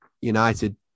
United